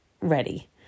ready